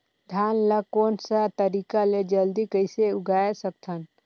धान ला कोन सा तरीका ले जल्दी कइसे उगाय सकथन?